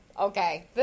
Okay